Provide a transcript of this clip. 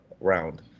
round